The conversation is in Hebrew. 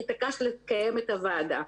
התעקשת לקיים את הדיון בוועדה.